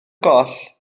goll